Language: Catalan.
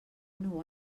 nou